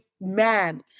man